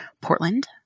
Portland